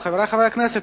חברי חברי הכנסת,